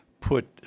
put